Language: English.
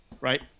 right